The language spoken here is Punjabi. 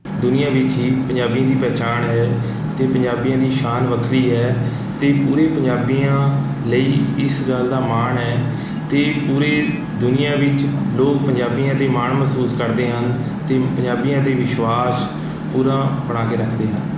ਦੁਨੀਆਂ ਵਿੱਚ ਹੀ ਪੰਜਾਬੀਆਂ ਦੀ ਪਹਿਚਾਣ ਹੈ ਅਤੇ ਪੰਜਾਬੀਆਂ ਦੀ ਸ਼ਾਨ ਵੱਖਰੀ ਹੈ ਅਤੇ ਪੂਰੇ ਪੰਜਾਬੀਆਂ ਲਈ ਇਸ ਗੱਲ ਦਾ ਮਾਣ ਹੈ ਅਤੇ ਪੂਰੇ ਦੁਨੀਆਂ ਵਿੱਚ ਲੋਕ ਪੰਜਾਬੀਆਂ 'ਤੇ ਮਾਣ ਮਹਿਸੂਸ ਕਰਦੇ ਹਨ ਅਤੇ ਪੰਜਾਬੀਆਂ 'ਤੇ ਵਿਸ਼ਵਾਸ ਪੂਰਾ ਬਣਾ ਕੇ ਰੱਖਦੇ ਹਨ